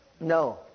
no